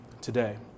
today